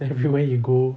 everywhere you go